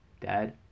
Dad